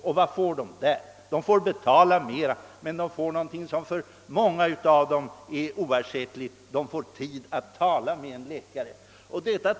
Där får patienterna betala mer, men de får någonting som för många av dem är oersättligt: de får tala med en läkare.